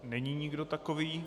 Není nikdo takový.